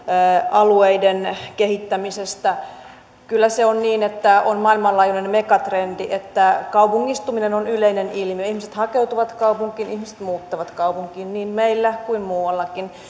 alueiden kehittämisestä kyllä se on niin että on maailmanlaajuinen megatrendi että kaupungistuminen on yleinen ilmiö ihmiset hakeutuvat kaupunkiin ihmiset muuttavat kaupunkiin niin meillä kuin muuallakin